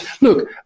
look